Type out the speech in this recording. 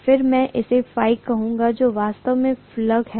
और मैं इसे Φ कहूँगा जो वास्तव में फ्लक्स है